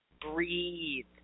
breathe